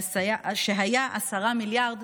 שהיה 10 מיליארד,